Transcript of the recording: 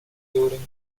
during